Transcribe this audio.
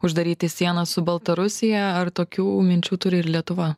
uždaryti sieną su baltarusija ar tokių minčių turi ir lietuva